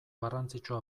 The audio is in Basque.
garrantzitsua